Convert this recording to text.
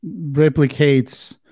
replicates